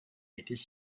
étaient